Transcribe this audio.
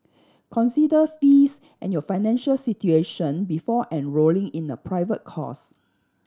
consider fees and your financial situation before enrolling in a private course